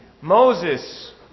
Moses